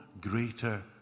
greater